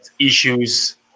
issues